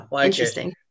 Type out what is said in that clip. interesting